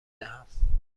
دهم